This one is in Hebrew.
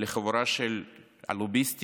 לחבורה של לוביסטים?